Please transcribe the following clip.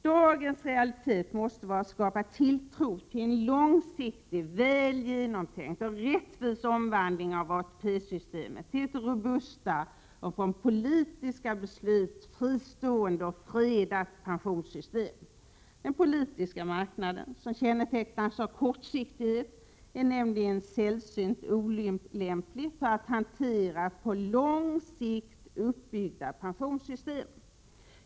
Dagens realitet måste vara att skapa tilltro till en långsiktig, väl genomtänkt och rättvis omvandling av ATP-systemet till ett robustare och från politiska beslut fristående och fredat pensionssystem. Den politiska marknaden — som kännetecknas av kortsiktighet — är nämligen sällsynt olämplig för att hantera på lång sikt uppbyggda pensionssystem.